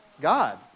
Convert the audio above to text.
God